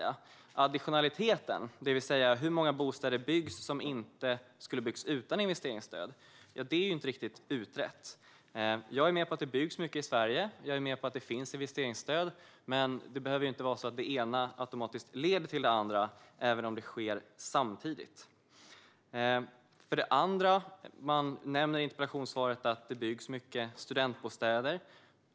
Additionaliteten, det vill säga hur många bostäder som byggs som inte skulle ha byggts utan investeringsstöd, är inte riktigt utredd. Jag är med på att byggs mycket i Sverige, och jag är med på att det finns investeringsstöd. Det behöver dock inte vara så att det ena automatiskt leder till det andra, även om det sker samtidigt. Man nämner också i interpellationssvaret att det byggs många studentbostäder.